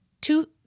two